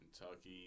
Kentucky